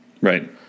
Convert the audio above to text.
Right